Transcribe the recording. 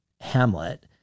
Hamlet